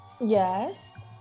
Yes